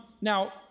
Now